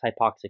hypoxic